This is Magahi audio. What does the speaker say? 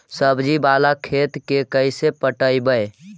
सब्जी बाला खेत के कैसे पटइबै?